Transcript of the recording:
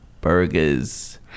burgers